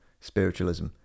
spiritualism